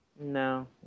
No